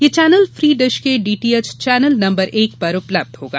यह channel free dish के DTH channel number एक पर उपलब्ध होगा